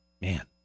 man